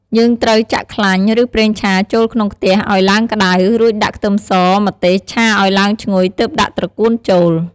យើងត្រូវចាក់ខ្លាញ់ ឬប្រេងឆាចូលក្នុងខ្ទះឲ្យឡើងក្ដៅ រួចដាក់ខ្ទឹមស ម្ទេស ឆាឲ្យឡើងឈ្ងុយទើបដាក់ត្រកួនចូល។